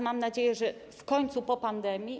Mam nadzieję, że w końcu po pandemii.